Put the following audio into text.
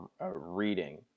reading